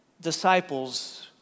disciples